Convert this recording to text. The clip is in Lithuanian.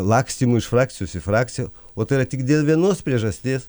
lakstymų iš frakcijos į frakciją o tai yra tik dėl vienos priežasties